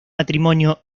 matrimonio